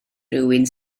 rywun